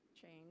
change